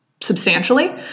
substantially